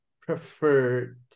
prefer